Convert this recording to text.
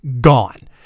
gone